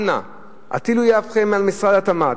אנא, הטילו יהבכם על משרד התמ"ת,